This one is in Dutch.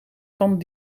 van